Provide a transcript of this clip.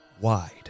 wide